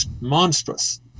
monstrous